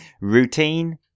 Routine